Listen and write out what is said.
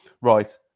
Right